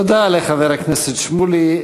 תודה לחבר הכנסת שמולי.